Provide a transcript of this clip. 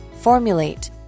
Formulate